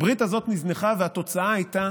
הברית הזו נזנחה, והתוצאה הייתה